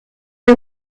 les